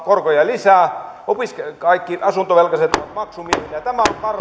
valtionvelan korkoja lisää kaikki asuntovelkaiset ovat maksumiehinä tämä on